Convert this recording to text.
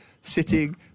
sitting